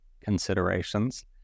considerations